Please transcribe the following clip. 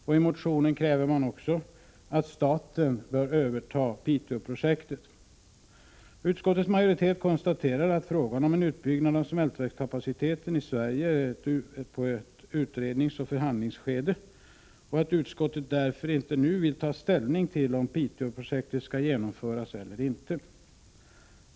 I motionen kräver man också att staten skall överta Piteåprojektet. Utskottets majoritet konstaterar att frågan om en utbyggnad av smältverkskapaciteten i Sverige är i ett utredningsoch förhandlingsskede och att utskottet därför inte nu vill ta ställning till om Piteåprojektet skall genomföras eller inte.